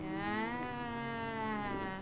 ya